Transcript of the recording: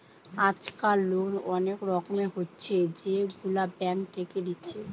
আজকাল লোন অনেক রকমের হচ্ছে যেগুলা ব্যাঙ্ক থেকে দিচ্ছে